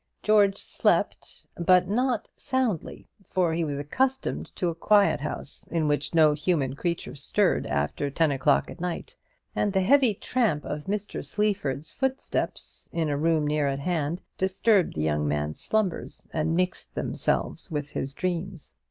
george slept, but not soundly for he was accustomed to a quiet house, in which no human creature stirred after ten o'clock at night and the heavy tramp of mr. sleaford's footsteps in a room near at hand disturbed the young man's slumbers, and mixed themselves with his dreams.